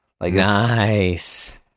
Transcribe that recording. Nice